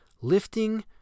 Lifting